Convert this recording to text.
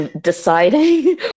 deciding